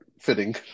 fitting